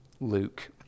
Luke